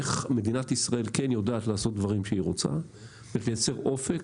איך מדינת ישראל כן יודעת לעשות דברים שהיא רוצה ולייצר אופק.